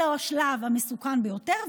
זה השלב המסוכן ביותר,